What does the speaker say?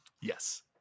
Yes